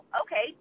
okay